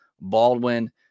Baldwin –